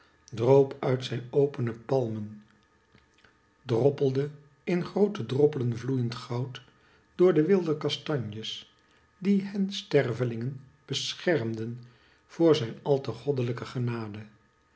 droop uit zijn opene palmen droppelde in groote droppelen vloeiend goud door de wilde kastanjes die hen stervelingen beschermden voor zijn al te goddelijke genade